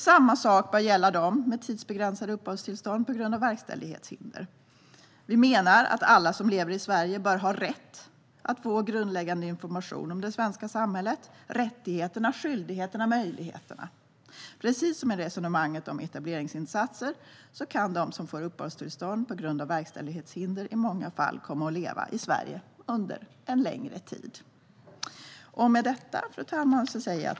Samma sak bör gälla människor med tidsbegränsade uppehållstillstånd på grund av verkställighetshinder. Vi menar att alla som lever i Sverige bör ha rätt att få grundläggande information om det svenska samhället - rättigheterna, skyldigheterna och möjligheterna. Precis som när det gäller resonemanget om etableringsinsatser kan de som får uppehållstillstånd på grund av verkställighetshinder i många fall komma att leva i Sverige under en längre tid. Fru talman!